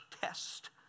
test